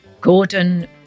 Gordon